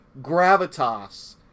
gravitas